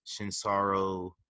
Shinsaro